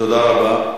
תודה רבה.